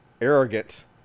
Arrogant